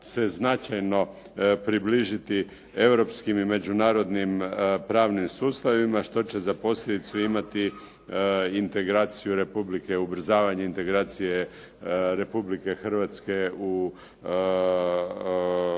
se značajno približiti europskim i međunarodnim pravnim sustavima, što će za posljedicu imati integraciju Republike, ubrzavanje integracije Republike Hrvatske u složene